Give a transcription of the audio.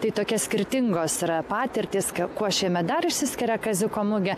tai tokia skirtingos yra patirtys kuo šiemet dar išsiskiria kaziuko mugė